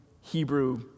Hebrew